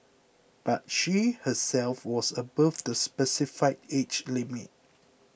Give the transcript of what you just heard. but she herself was above the specified age limit